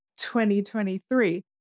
2023